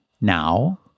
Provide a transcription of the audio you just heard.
now